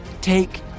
take